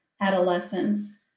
adolescence